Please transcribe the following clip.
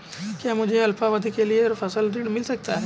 क्या मुझे अल्पावधि के लिए फसल ऋण मिल सकता है?